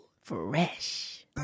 Fresh